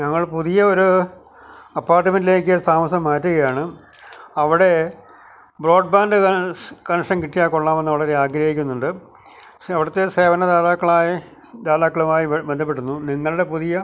ഞങ്ങൾ പുതിയ ഒരു അപ്പാർട്ട്മെൻ്റിലേക്ക് താമസം മാറ്റുകയാണ് അവിടെ ബ്രോഡ്ബാൻഡ് കണക്ഷൻ കിട്ടിയാൽ കൊള്ളാമെന്ന് വളരെ ആഗ്രഹിക്കുന്നുണ്ട് പക്ഷേ അവിടുത്തെ സേവന ധാതാക്കളായി ധാതാക്കളുമായി ബന്ധപ്പെടുന്നു നിങ്ങളുടെ പുതിയ